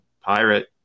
pirate